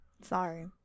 Sorry